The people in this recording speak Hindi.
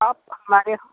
आप हमारे